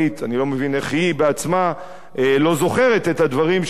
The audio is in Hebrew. אני לא מבין איך היא בעצמה לא זוכרת את הדברים שהיא